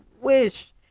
wish